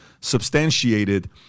substantiated